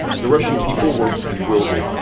the russian people were bewildered.